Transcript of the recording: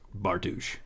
Bartouche